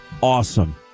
awesome